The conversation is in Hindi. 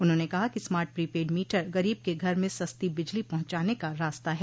उन्होंने कहा कि स्मार्ट प्रीपैड मीटर गरीब के घर में सस्ती बिजली पहुंचाने का रास्ता है